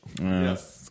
Yes